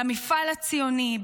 אל המפעל הציוני,